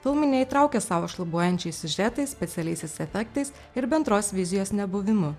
filmai neįtraukia savo šlubuojančiais siužetais specialiaisiais efektais ir bendros vizijos nebuvimu